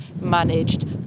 managed